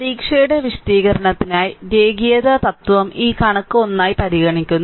പരീക്ഷയുടെ വിശദീകരണത്തിനായി രേഖീയത തത്വം ഈ കണക്ക് 1 ആയി പരിഗണിക്കുന്നു